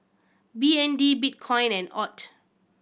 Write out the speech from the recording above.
B N D Bitcoin and AUD